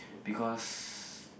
because